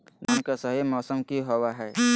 धान के सही मौसम की होवय हैय?